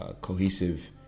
cohesive